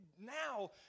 Now